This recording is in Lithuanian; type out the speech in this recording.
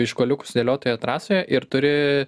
iš kuoliukų sudėliotoje trasoje ir turi